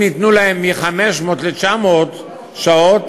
אם יעלו להם מ-500 ל-900 שעות,